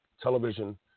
television